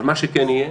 אבל מה שכן יהיה: